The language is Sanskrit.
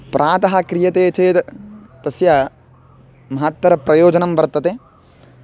प्रातः क्रियते चेद् तस्य महत्तरप्रयोजनं वर्तते